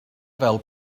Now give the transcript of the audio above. fel